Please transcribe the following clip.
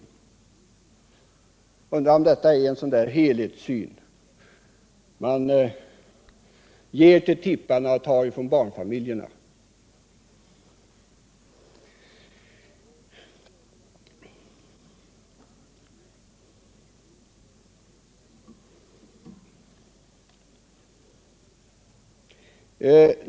Jag undrar om detta är en sådan helhetssyn, när man ger till tipparna men tar från barnfamiljerna.